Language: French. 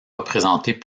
représentées